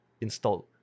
installed